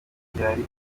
gihari